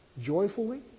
joyfully